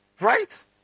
Right